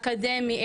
אקדמי,